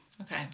okay